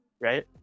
right